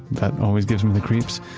that always gives me the creeps.